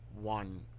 one